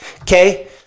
Okay